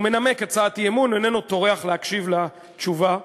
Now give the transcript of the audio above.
הוא מנמק הצעת אי-אמון ואיננו טורח להקשיב לתשובה.